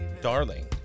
Darling